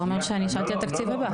זה אומר שאני שאלתי על התקציב הבא.